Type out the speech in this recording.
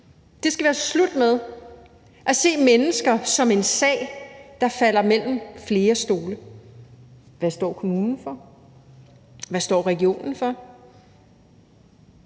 Det skal være slut med at se mennesker som en sag, der falder mellem flere stole: Hvad står kommunen for? Hvad står regionen for?